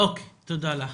תודה לך.